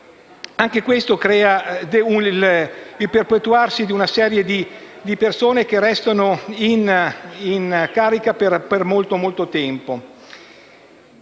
e questo crea il perpetuarsi di una serie di persone che restano in carica per moltissimo tempo.